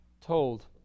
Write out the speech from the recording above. told